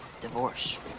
Divorce